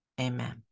Amen